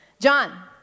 John